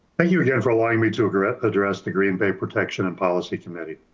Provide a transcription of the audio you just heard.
thank you again for allowing me to address address degree in pay protection and policy committee.